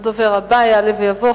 הדובר הבא יעלה ויבוא,